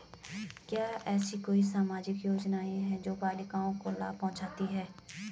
क्या ऐसी कोई सामाजिक योजनाएँ हैं जो बालिकाओं को लाभ पहुँचाती हैं?